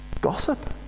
gossip